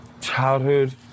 Childhood